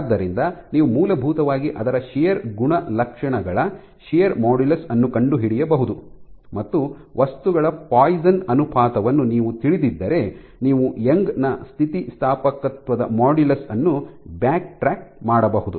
ಆದ್ದರಿಂದ ನೀವು ಮೂಲಭೂತವಾಗಿ ಅದರ ಶಿಯರ್ ಗುಣಲಕ್ಷಣಗಳ ಶಿಯರ್ ಮಾಡ್ಯುಲಸ್ ಅನ್ನು ಕಂಡುಹಿಡಿಯಬಹುದು ಮತ್ತು ವಸ್ತುಗಳ ಪಾಯಿಸನ್ ಅನುಪಾತವನ್ನು ನೀವು ತಿಳಿದಿದ್ದರೆ ನೀವು ಯಂಗ್ ನ ಸ್ಥಿತಿಸ್ಥಾಪಕತ್ವದ ಮಾಡ್ಯುಲಸ್ ಅನ್ನು ಬ್ಯಾಕ್ಟ್ರಾಕ್ ಮಾಡಬಹುದು